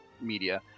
media